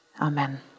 Amen